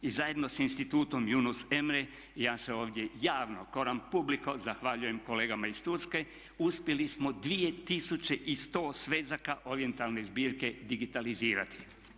I zajedno sa institutom Yunus Emre ja se ovdje javno coran publico zahvaljujem kolega iz Turske, uspjeli smo 2100 svezaka orijentalne zbirke digitalizirati.